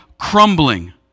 crumbling